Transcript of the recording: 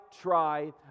try